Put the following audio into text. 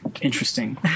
interesting